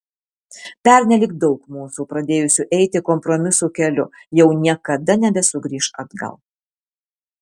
pernelyg daug mūsų pradėjusių eiti kompromisų keliu jau niekada nebesugrįš atgal